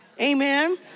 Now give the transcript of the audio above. Amen